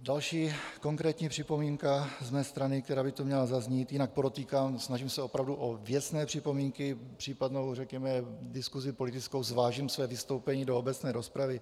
Další konkrétní připomínka z mé strany, která by tu měla zaznít jinak podotýkám, snažím se opravdu o věcné připomínky, v případné řekněme diskusi politické zvážím své vystoupení do obecné rozpravy.